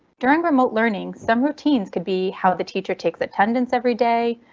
during remote learning some routines could be how the teacher takes attendance everyday,